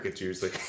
usually